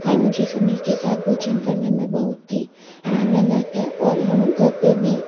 हाँ मुझे सभी के साथ भोजन करने में बहुत ही आनंद आता है और हम घर पर भी